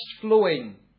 flowing